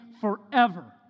forever